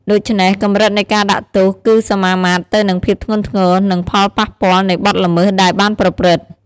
ដូច្នេះ កម្រិតនៃការដាក់ទោសគឺសមាមាត្រទៅនឹងភាពធ្ងន់ធ្ងរ និងផលប៉ះពាល់នៃបទល្មើសដែលបានប្រព្រឹត្ត។